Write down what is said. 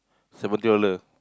seventy dollar